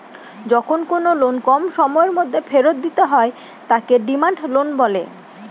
যখন কোনো লোন কম সময়ের মধ্যে ফেরত দিতে হয় তাকে ডিমান্ড লোন বলে